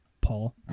Paul